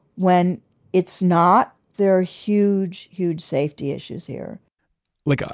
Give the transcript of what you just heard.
when it's not. there are huge, huge safety issues here like, ah